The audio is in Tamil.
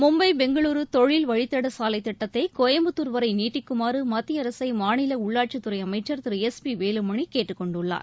மும்பை பெங்களுரு தொழில் வழித்தட சாலைத்திட்டத்தை கோயம்புத்தூர் வரை நீட்டிக்குமாறு மத்திய அரசை மாநில உள்ளாட்சித்துறை அமைச்சர் திரு எஸ் பி வேலுமணி கேட்டுக்கொண்டுள்ளார்